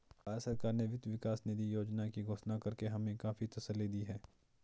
भारत सरकार ने वित्त विकास निधि योजना की घोषणा करके हमें काफी तसल्ली दी है